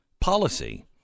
policy